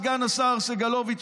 סגן השר סגלוביץ',